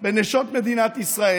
בנשות מדינת ישראל.